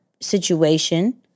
situation